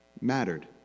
mattered